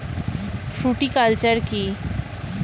Fruticulture কী?